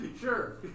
Sure